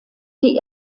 die